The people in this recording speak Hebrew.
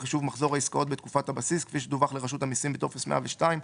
חישוב מחזור עסקאות בתקופת הבסיס כפי שדווח לרשות המסים בטופס 0102,